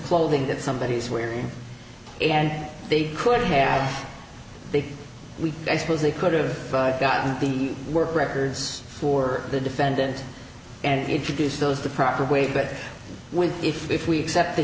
clothing that somebody is wearing and they could have big i suppose they could've gotten the work records for the defendant and introduce those the proper way but with if we accept the